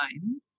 time